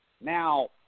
Now